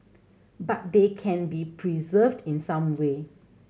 but they can be preserved in some way